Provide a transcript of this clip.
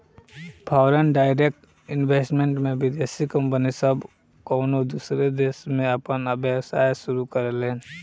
foreign direct investment में विदेशी company सब कउनो दूसर देश में आपन व्यापार शुरू करेले